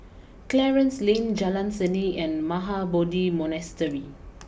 Clarence Lane Jalan Seni and Mahabodhi Monastery